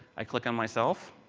i click on myself.